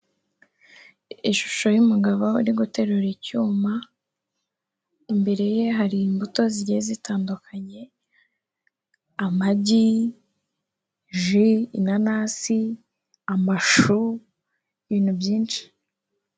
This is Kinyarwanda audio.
Ishusho y'umugabo uri guterura icyuma, imbere ye hari imbuto zigiye zitandukanye, amagi, ji, inanasi, amashu ibintu byinshi.